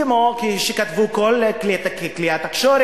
כמו שכתבו כל כלי התקשורת,